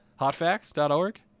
Hotfacts.org